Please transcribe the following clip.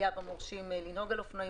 יש עלייה במורשים לנהוג על אופנועים.